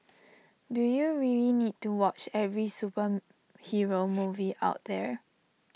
do you really need to watch every superhero movie out there